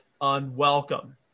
unwelcome